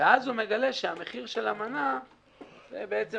אז הוא מגלה שהמחיר של המנה זה בעצם